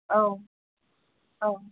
औ औ